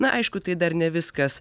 na aišku tai dar ne viskas